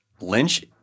Lynch